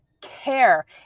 care